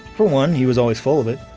for one, he was always full of it.